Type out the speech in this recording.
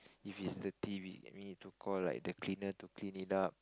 if it's dirty we we need to call like the cleaner to clean it up